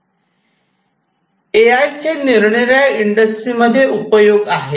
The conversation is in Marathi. ए आय चे निरनिराळ्या इंडस्ट्री मध्ये उपयोग आहे